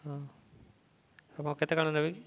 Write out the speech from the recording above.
ହଁ ହ ହଁ କେତେ କାଣା ନେବେ କିି